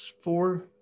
four